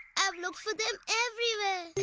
i've looked for them everywhere.